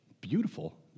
Beautiful